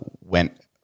went